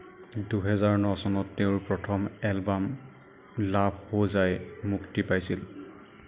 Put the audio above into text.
দুহেজাৰ ন চনত তেওঁৰ প্ৰথম এলবাম লাভ হ' জায়ে মুক্তি পাইছিল